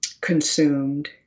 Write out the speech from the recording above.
consumed